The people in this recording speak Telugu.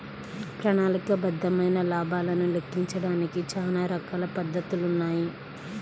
ప్రణాళికాబద్ధమైన లాభాలను లెక్కించడానికి చానా రకాల పద్ధతులున్నాయి